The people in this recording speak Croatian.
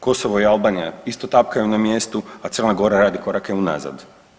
Kosovo i Albanija isto tapkaju na mjestu, a Crna Gora radi korake unazad.